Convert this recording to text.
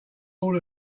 all